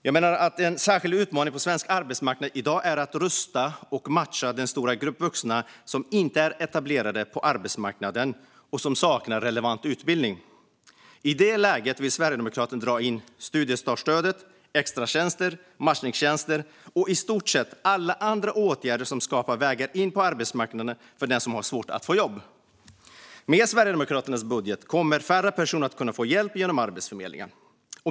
Jag menar att en särskild utmaning på svensk arbetsmarknad i dag är att rusta och matcha den stora grupp vuxna som inte är etablerade på arbetsmarknaden och som saknar relevant utbildning. I det läget vill Sverigedemokraterna dra in studiestartsstödet, extratjänster, matchningstjänster och i stort sett alla andra åtgärder som skapar vägar in på arbetsmarknaden för den som har svårt att få jobb. Med Sverigedemokraternas budget kommer färre personer att kunna få hjälp genom Arbetsförmedlingen.